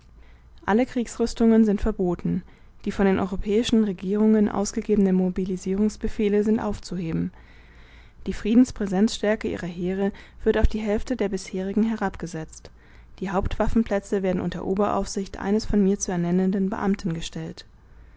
alle kriegsrüstungen sind verboten die von den europäischen regierungen ausgegebenen mobilisierungsbefehle sind aufzuheben die friedenspräsenzstärke ihrer heere wird auf die hälfte der bisherigen herabgesetzt die hauptwaffenplätze werden unter oberaufsicht eines von mir zu ernennenden beamten gestellt